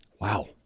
Wow